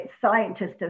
scientists